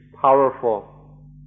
powerful